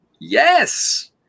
Yes